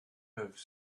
peuvent